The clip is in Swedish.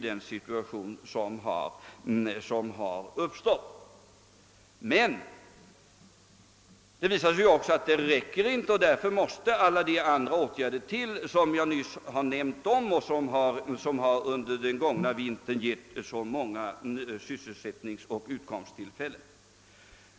Men det visar sig att detta inte räcker, och därför har man måst vidta andra åtgärder som jag nyss omnämnt och som under den gångna vintern givit så många sysselsättningstillfällen.